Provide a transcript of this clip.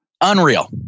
Unreal